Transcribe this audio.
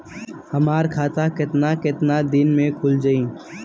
हमर खाता कितना केतना दिन में खुल जाई?